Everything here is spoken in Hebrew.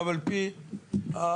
על פי ידיעתי,